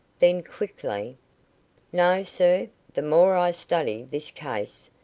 then, quickly no, sir the more i study this case,